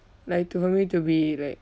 like to for me to be like